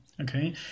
okay